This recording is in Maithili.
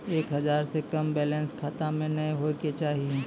एक हजार से कम बैलेंस खाता मे नैय होय के चाही